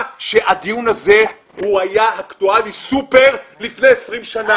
הדיון הזה היה סופר אקטואלי לפני 20 שנים.